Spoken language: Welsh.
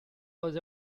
oedd